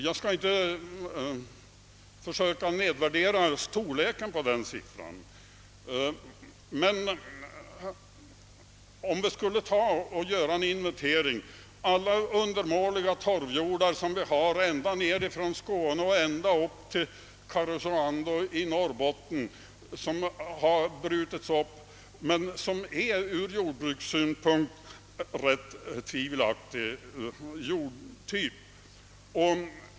Jag skall inte försöka nedvärdera storleken av denna siffra, men låt oss göra en inventering! Tänk på alla undermåliga torvjordar nedifrån Skåne ända upp till Karesuando i Norrbotten som har brutits upp men som från jordbrukssynpunkt är rätt tvivelaktiga!